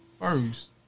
first